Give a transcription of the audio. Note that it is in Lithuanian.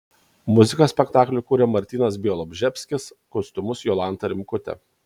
muziką spektakliui kūrė martynas bialobžeskis kostiumus jolanta rimkutė